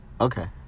Okay